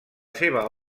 seva